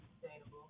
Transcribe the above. sustainable